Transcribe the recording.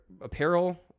apparel